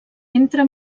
entre